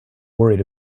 worried